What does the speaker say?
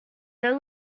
they